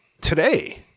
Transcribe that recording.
today